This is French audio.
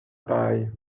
paille